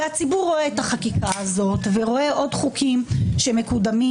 הציבור רואה את החקיקה הזאת ורואה עוד חוקים שמקודמים,